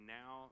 now